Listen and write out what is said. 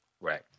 Right